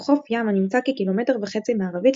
הוא חוף ים הנמצא כקילומטר וחצי מערבית